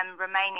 remaining